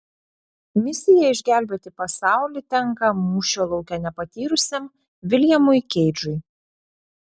misija išgelbėti pasaulį tenka mūšio lauke nepatyrusiam viljamui keidžui